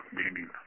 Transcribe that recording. meaning